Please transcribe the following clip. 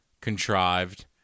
contrived